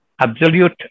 absolute